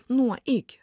nuo iki